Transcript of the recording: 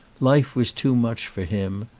life was too much for him.